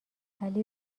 ولی